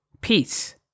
Peace